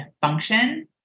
function